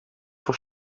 voor